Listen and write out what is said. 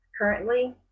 currently